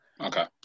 Okay